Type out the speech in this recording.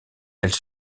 elle